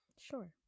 Sure